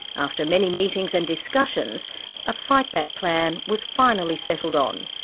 after many meetings and discussions a fight-back plan was finally settled on.